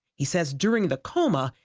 he says during the coma,